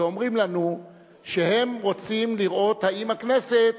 ואומרים לנו שהם רוצים לראות האם הכנסת